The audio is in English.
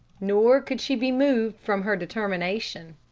nor could she be moved from her determination.